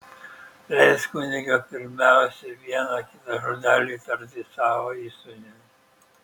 leisk kunige pirmiausia vieną kitą žodelį tarti savo įsūniui